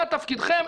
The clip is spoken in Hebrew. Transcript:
מה תפקידכם?